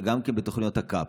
גם בתוכניות ה-cap,